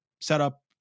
setup